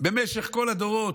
במשך כל הדורות,